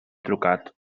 trucat